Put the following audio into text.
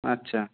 আচ্ছা